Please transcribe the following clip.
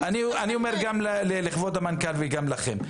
אני אומר גם לכבוד המנכ"ל וגם לכם.